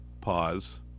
pause